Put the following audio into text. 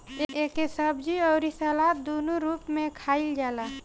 एके सब्जी अउरी सलाद दूनो रूप में खाईल जाला